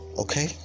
okay